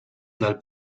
dal